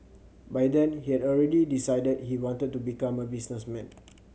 by then he had already decided he wanted to become a businessman